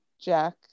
jack